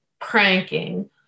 pranking